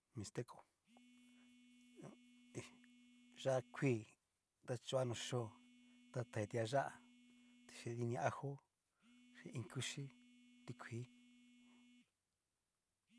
Mixteco hí yá'a kuii ta choa no yó'o, ta tadia tiayá, chín ajo, íín kuchí, ti kuii.